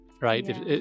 right